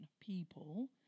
people